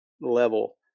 level